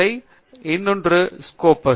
நிறுவனத்தின் அறிவியல் வலை மற்றும் ஒன்று ஸ்கொப்பஸ்